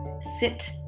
sit